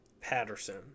Patterson